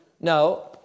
No